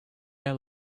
air